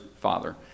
father